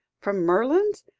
from merlands?